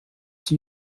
die